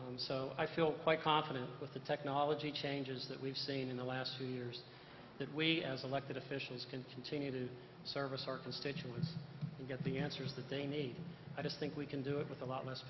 and so i feel quite confident with the technology changes that we've seen in the last few years that we as elected officials can continue to service our constituents and get the answers that they need i don't think we can do it with a lot less